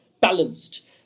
balanced